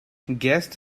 guest